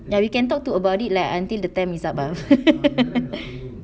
then you can talk to about it lah until the time is up ah